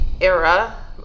era